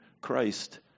Christ